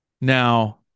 Now